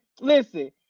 listen